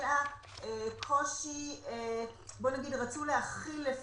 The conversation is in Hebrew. אלא כי רצו להכיל את